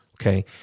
okay